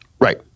Right